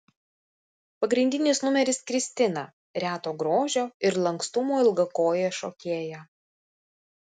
pagrindinis numeris kristina reto grožio ir lankstumo ilgakojė šokėja